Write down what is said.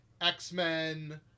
X-Men